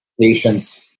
patients